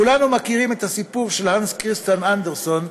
כולנו מכירים את הסיפור של הנס כריסטיאן אנדרסן,